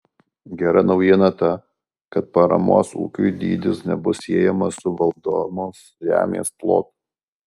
gera naujiena ta kad paramos ūkiui dydis nebus siejamas su valdomos žemės plotu